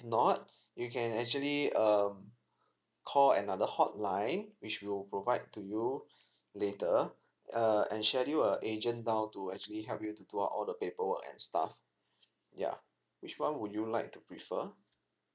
not you can actually um call another hotline which will provide to you later err and schedule a agent down to actually help you to do out all the paper work and stuff yeah which one would you like to prefer